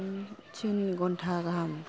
थिन घन्टा गाहाम